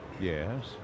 Yes